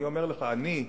אני אומר לך שאני,